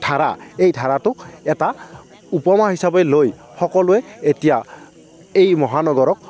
ধাৰা এই ধাৰাটোক এটা উপমা হিচাপে লৈ সকলোৱে এতিয়া এই মহানগৰক